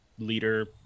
Leader